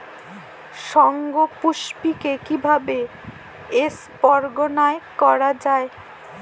শঙ্খপুষ্পী কে কিভাবে ক্রস পরাগায়ন করা যায়?